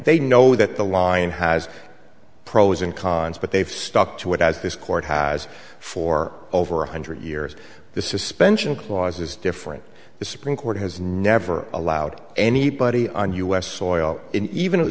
they know that the line has pros and cons but they've stuck to it as this court has for over one hundred years the suspension clause is different the supreme court has never allowed anybody on u s soil even